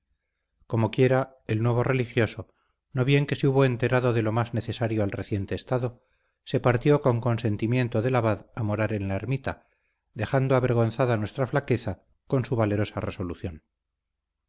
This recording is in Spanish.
rigurosa comoquiera el nuevo religioso no bien se hubo enterado de lo más necesario al reciente estado se partió con consentimiento del abad a morar en la ermita dejando avergonzada nuestra flaqueza con su valerosa resolución